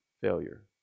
failure